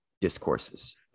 discourses